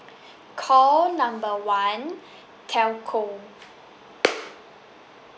call number one telco